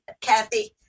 Kathy